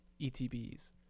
ETBs